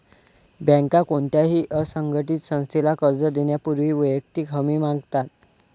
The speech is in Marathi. बँका कोणत्याही असंघटित संस्थेला कर्ज देण्यापूर्वी वैयक्तिक हमी मागतात